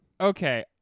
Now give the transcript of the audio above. okay